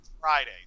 Friday